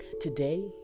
Today